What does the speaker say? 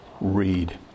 read